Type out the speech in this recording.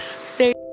Stay